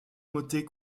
motets